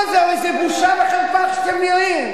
מה זה, הרי זו בושה וחרפה איך שאתם נראים.